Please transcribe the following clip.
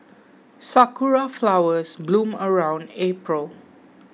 sakura flowers bloom around April